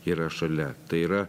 yra šalia tai yra